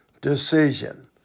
decision